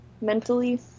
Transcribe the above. mentally